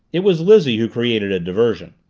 it was lizzie who created a diversion.